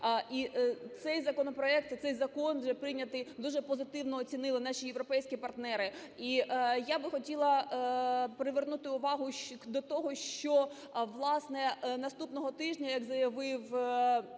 І цей законопроект, цей закон вже прийнятий, дуже позитивно оцінили наші європейські партнери. І я би хотіла привернути увагу до того, що, власне, наступного тижня, як заявив